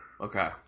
Okay